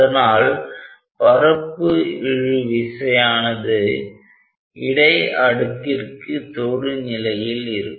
அதனால் பரப்பு இழு விசையானது இடை அடுக்கிற்கு தொடுநிலையில் இருக்கும்